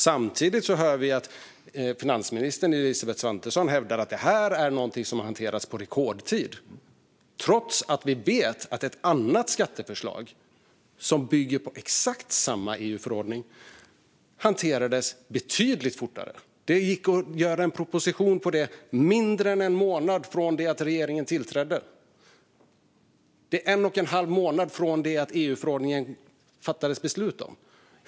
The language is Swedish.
Samtidigt hör vi att finansminister Elisabeth Svantesson hävdar att detta har hanterats på rekordtid, trots att vi vet att ett annat skatteförslag, som bygger på exakt samma EU-förordning, hanterades betydligt fortare. Det gick att få fram en proposition om detta mindre än en månad från det att regeringen tillträtt. Det är en och en halv månad från det att det fattades beslut om EU-förordningen.